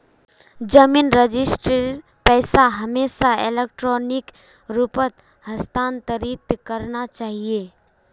जमीन रजिस्ट्रीर पैसा हमेशा इलेक्ट्रॉनिक रूपत हस्तांतरित करना चाहिए